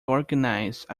organized